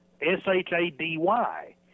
S-H-A-D-Y